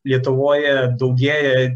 lietuvoje daugėja